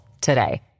today